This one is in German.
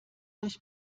euch